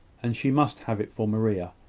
and she must have it for maria.